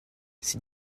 ses